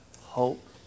hope